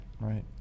right